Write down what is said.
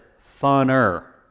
funner